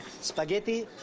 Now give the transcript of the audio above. Spaghetti